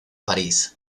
parís